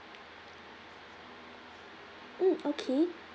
mm okay